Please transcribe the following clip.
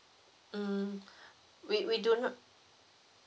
mm we we do know